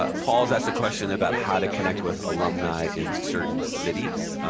ah paul's asked a question about how to connect with alumni in certain cities.